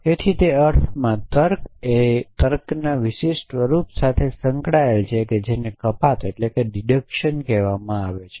તેથી તે અર્થમાં તર્ક એ તર્કના વિશિષ્ટ સ્વરૂપ સાથે સંકળાયેલ છે જેને કપાત કહેવામાં આવે છે